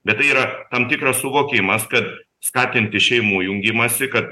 bet tai yra tam tikras suvokimas kad skatinti šeimų jungimąsi kad